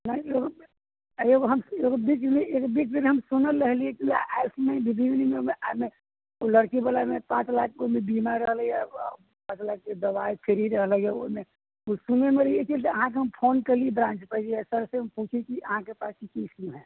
नहिओ आओर एगो हम एगो बीचमे एगो बीचमे हम सुनल रहली ओ लड़कीवला मे पाँच लाखके कोनो बीमा रहलै यऽ ओइमे पाँच लाखके दवाइ फ्री रहलै है ओइमे ओ सुनै रहली तऽ अहाँके हम फोन कयली कहलियै आज सरसँ पूछि कि अहाँके पास की की स्कीम है